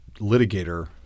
litigator